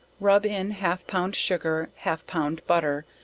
rub in half pound sugar, half pound butter,